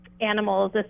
animals